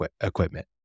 equipment